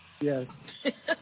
yes